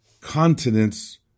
continents